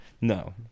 no